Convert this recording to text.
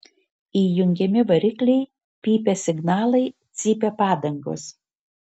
įjungiami varikliai pypia signalai cypia padangos